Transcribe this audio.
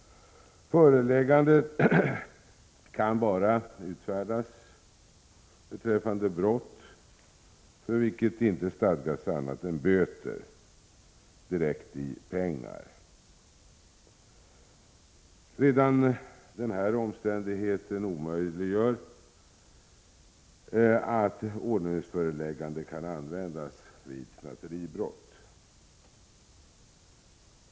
Föreläggandet kan bara utfärdas beträffande brott för vilket inte stadgas annat än böter, direkt i pengar. Redan denna omständighet omöjliggör att ordningsföreläggande kan användas vid snatteribrott.